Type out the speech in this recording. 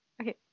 okay